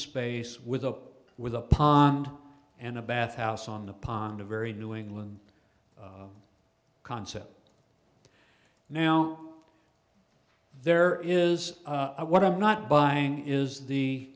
space with a with a pond and a bathhouse on the pond a very new england concept now there is what i'm not buying is the